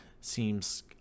seems